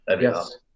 Yes